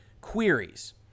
queries